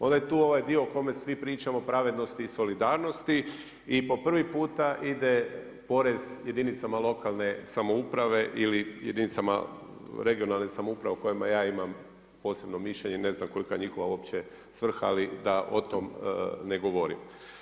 Onda tu onaj dio o kome svi pričamo pravednosti i solidarnosti i po prvi puta ide porez jedinicama lokalne samouprave ili jedinicama regionalne samouprave o kojima ja imam posebno mišljenje i ne znam kolika je njihova uopće svrha ali da o tome ne govorim.